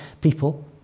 people